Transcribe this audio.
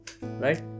Right